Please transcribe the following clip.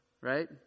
Right